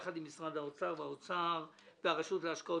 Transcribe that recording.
ביחד עם משרד האוצר והרשות להשקעות